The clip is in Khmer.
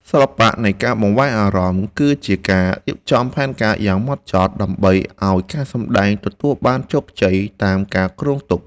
សិល្បៈនៃការបង្វែរអារម្មណ៍គឺជាការរៀបចំផែនការយ៉ាងហ្មត់ចត់ដើម្បីឱ្យការសម្តែងទទួលបានជោគជ័យតាមការគ្រោងទុក។